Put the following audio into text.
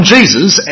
Jesus